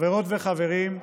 חברות וחברים,